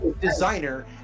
designer